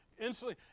instantly